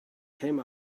came